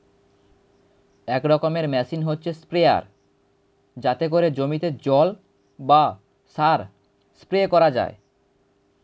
এক রকমের মেশিন হচ্ছে স্প্রেয়ার যাতে করে জমিতে জল বা সার স্প্রে করা যায়